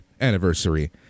anniversary